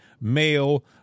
male